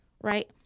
right